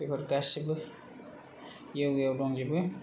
बेफोर गासिबो योगा याव दंजोबो